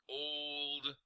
old